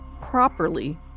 properly